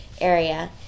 area